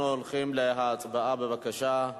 אנחנו הולכים להצבעה, בבקשה.